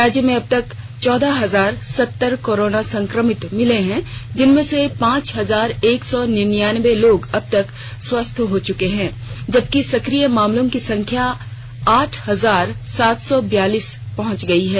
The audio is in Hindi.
राज्य में अबतक चौदह हजार सत्तर कोरोना संक्रमित मिले हैं जिनमें से पांच हजार एक सौ निनयान्बे लोग अबतक स्वस्थ हो चुके हैं जबकि सक्रिय मामलों की संख्या आठ हजार सात सौ बियालीस पहंच गयी है